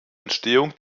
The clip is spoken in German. entstehung